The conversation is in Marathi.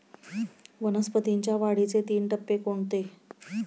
वनस्पतींच्या वाढीचे तीन टप्पे कोणते?